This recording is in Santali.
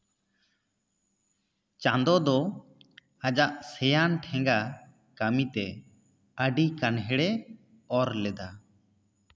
ᱪᱟᱸᱫᱳ ᱫᱚ ᱟᱭᱟᱜ ᱥᱮᱭᱟᱱ ᱴᱷᱮᱸᱜᱟ ᱠᱟᱹᱢᱤᱛᱮ ᱟᱹᱰᱤ ᱠᱟᱱᱦᱮᱲᱮ ᱚᱨ ᱞᱮᱫᱟ